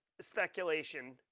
speculation